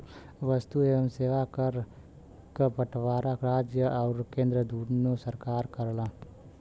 वस्तु एवं सेवा कर क बंटवारा राज्य आउर केंद्र दूने सरकार करलन